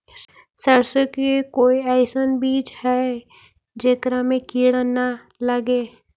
सरसों के कोई एइसन बिज है जेकरा में किड़ा न लगे?